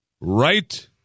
Right